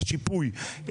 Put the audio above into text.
השיפוי,